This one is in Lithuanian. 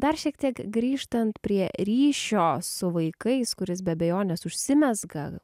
dar šiek tiek grįžtant prie ryšio su vaikais kuris be abejonės užsimezga